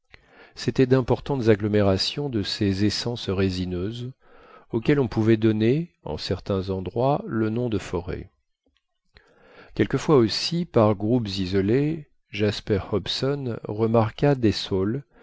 c'étaient d'importantes agglomérations de ces essences résineuses auxquelles on pouvait donner en certains endroits le nom de forêts quelquefois aussi par groupes isolés jasper hobson remarqua des saules